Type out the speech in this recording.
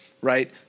right